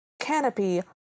canopy